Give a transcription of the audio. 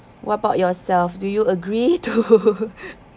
what about yourself do you agree to